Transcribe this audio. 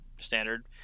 standard